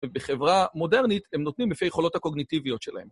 ובחברה מודרנית הם נותנים לפי היכולות הקוגניטיביות שלהם.